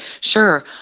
Sure